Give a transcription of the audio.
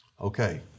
Okay